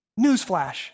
Newsflash